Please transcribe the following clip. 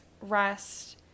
rest